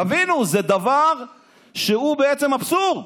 תבינו, זה דבר שהוא בעצם אבסורד.